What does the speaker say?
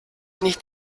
nicht